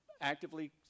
Actively